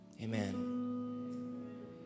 Amen